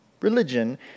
religion